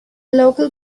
local